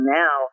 now